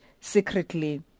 secretly